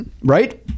Right